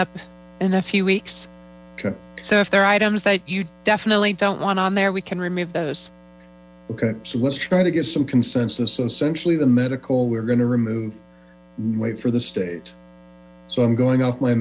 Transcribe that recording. up in a few weeks so if there are items that you definitely don't o one on there we can remove those ok so let's try to get some consensus and essentially the medical we're going to remove wait for the state so i'm going off my